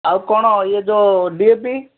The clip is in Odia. ଆଉ କ'ଣ ଇଏ ଯୋଉ ଡି ଏ ପି